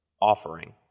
offering